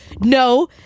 no